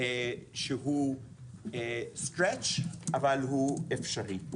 שהוא לחוץ אבל הוא אפשרי.